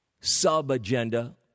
sub-agenda